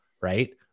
Right